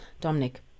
Dominic